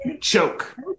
choke